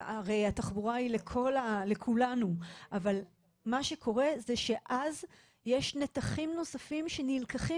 הרי התחבורה היא לכולנו אבל מה שקורה זה שאז יש נתחים נוספים שנלקחים